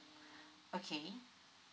okay